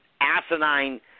asinine